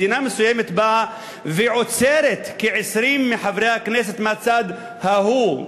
מדינה מסוימת באה ועוצרת כ-20 מחברי הכנסת מהצד ההוא,